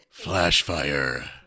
Flashfire